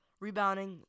Rebounding